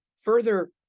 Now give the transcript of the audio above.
Further